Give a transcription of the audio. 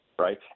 Right